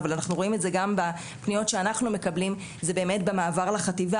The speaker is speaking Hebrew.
אבל אנחנו רואים את זה גם בפניות שאנחנו מקבלים זה באמת במעבר לחטיבה,